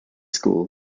school